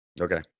okay